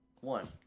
one